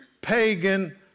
pagan